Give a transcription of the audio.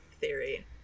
theory